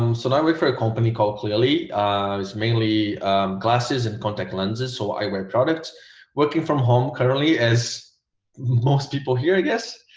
um so and don't wait for a company called clearly it's mainly glasses and contact lenses so i wear product working from home currently as most people hear i guess